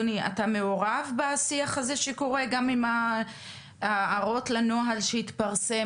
אתה מעורב בשיח הזה שקורה גם עם ההערות לנוהל שהתפרסם?